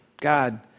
God